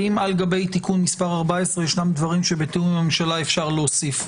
האם לגבי תיקון מס' 14 יש דברים שבתיאום עם הממשלה אפשר להוסיף.